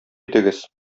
итегез